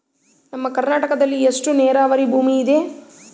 ನಮ್ಮ ಕರ್ನಾಟಕದಲ್ಲಿ ಎಷ್ಟು ನೇರಾವರಿ ಭೂಮಿ ಇದೆ?